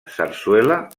sarsuela